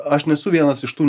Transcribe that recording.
aš nesu vienas iš tų